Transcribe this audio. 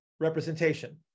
representation